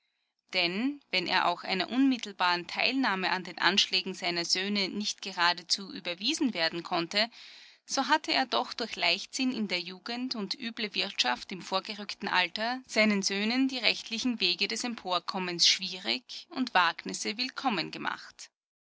denn wenn er auch einer unmittelbaren teilnahme an den anschlägen seiner söhne nicht geradezu überwiesen werden konnte so hatte er doch durch leichtsinn in der jugend und üble wirtschaft im vorgerückten alter seinen söhnen die rechtlichen wege des emporkommens schwierig und wagnisse willkommen gemacht